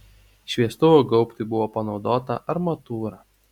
šviestuvo gaubtui buvo panaudota armatūra